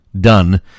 done